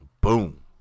Boom